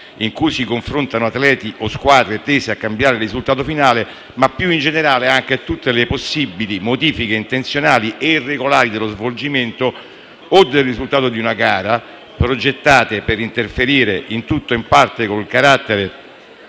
in cui si confrontano atleti o squadre tesi a cambiare il risultato finale, ma più in generale anche tutte le possibili modifiche intenzionali e irregolari dello svolgimento o del risultato di una gara, progettate per interferire in tutto o in parte col carattere